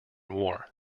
war